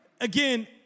again